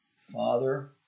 father